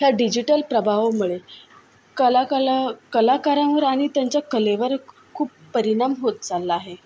ह्या डिजिटल प्रभावामुळे कला कला कलाकारांवर आणि त्यांच्या कलेवर खूप परिणाम होत चालला आहे